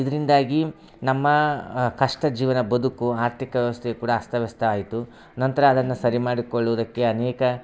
ಇದರಿಂದಾಗಿ ನಮ್ಮ ಕಷ್ಟ ಜೀವನ ಬದುಕು ಆರ್ಥಿಕ ಸ್ತಿ ಕೂಡ ಅಸ್ತವ್ಯಸ್ತ ಆಯಿತು ನಂತರ ಅದನ್ನ ಸರಿ ಮಾಡಿಕೊಳ್ಳುದಕ್ಕೆ ಅನೇಕ